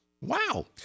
wow